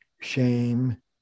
shame